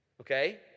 okay